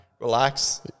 relax